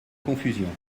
confusion